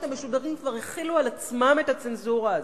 המשדרים כבר החילו על עצמם את הצנזורה הזאת.